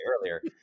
earlier